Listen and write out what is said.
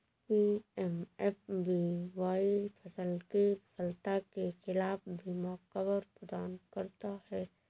PMFBY फसल की विफलता के खिलाफ बीमा कवर प्रदान करता है